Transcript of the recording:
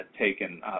taken